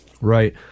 Right